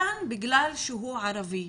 כאן בגלל שהוא ערבי,